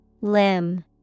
Limb